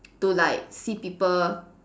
to like see people